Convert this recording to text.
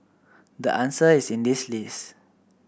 the answer is in this list